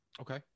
Okay